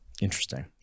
interesting